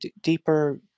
deeper